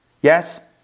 Yes